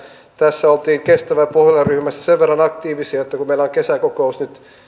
tässä oltiin kestävä pohjola ryhmässä sen verran aktiivisia että kun meillä on kesäkokous nyt